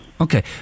Okay